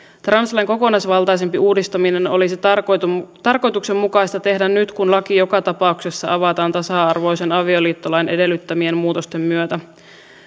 translain kokonaisvaltaisempi uudistaminen olisi tarkoituksenmukaista tarkoituksenmukaista tehdä nyt kun laki joka tapauksessa avataan tasa arvoisen avioliittolain edellyttämien muutosten myötä